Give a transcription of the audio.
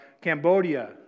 Cambodia